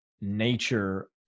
nature